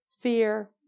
fear